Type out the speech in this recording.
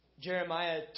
Jeremiah